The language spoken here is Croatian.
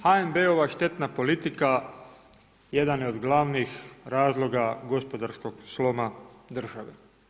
HNB-ova štetna politika jedan je od glavnih razloga gospodarskog sloma države.